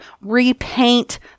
repaint